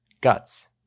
Guts